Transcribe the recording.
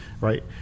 right